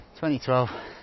2012